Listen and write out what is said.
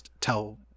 tell